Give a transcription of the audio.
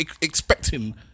expecting